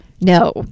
no